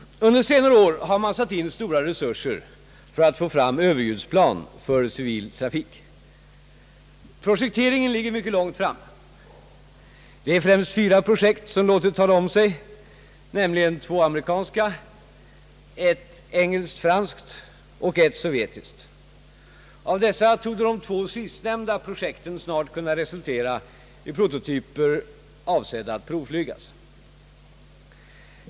Under senare år har man satt in stora resurser för att få fram överljudsplan för civil trafik. Projekteringen ligger mycket långt framme. Det är främst fyra projekt som låtit tala om sig, nämligen två amerikanska, ett engelskt-franskt och ett sovjetiskt. Av dessa torde de två sistnämnda projekten snart kunna resultera i prototyper avsedda att provflygas.